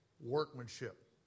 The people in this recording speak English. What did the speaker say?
workmanship